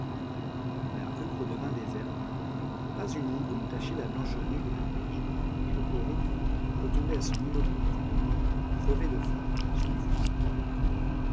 la rue redevint déserte pas une ombre ne tachait la blancheur nue de la neige et le coron retombé à son immobilité de mort crevait de faim sous le froid intense